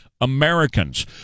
Americans